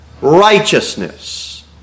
righteousness